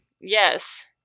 Yes